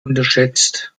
unterschätzt